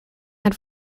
had